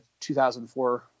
2004